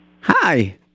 Hi